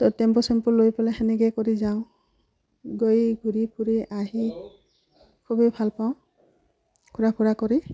ত' tempo চেম্পু লৈ পেলাই সেনেকৈ কৰি যাওঁ গৈ ঘূৰি ফুৰি আহি খুবেই ভালপাওঁ ঘূৰা ফুৰা কৰি